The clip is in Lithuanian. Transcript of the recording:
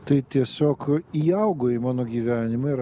tai tiesiog įaugo į mano gyvenimą ir